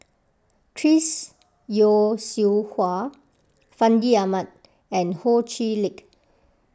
Chris Yeo Siew Hua Fandi Ahmad and Ho Chee Lick